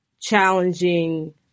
challenging